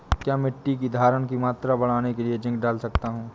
क्या मिट्टी की धरण की मात्रा बढ़ाने के लिए जिंक डाल सकता हूँ?